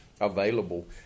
available